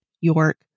York